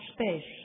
space